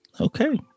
okay